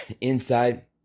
inside